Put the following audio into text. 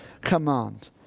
command